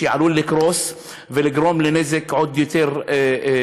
והוא עלול לקרוס וכך לגרום לנזק עוד יותר קשה.